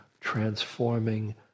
transforming